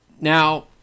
Now